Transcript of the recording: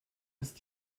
ist